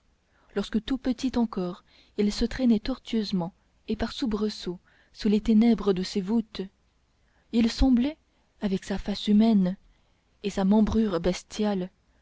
lorsque tout petit encore il se traînait tortueusement et par soubresauts sous les ténèbres de ses voûtes il semblait avec sa face humaine et sa membrure bestiale